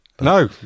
No